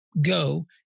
go